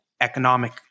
economic